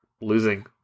losing